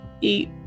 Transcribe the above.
eat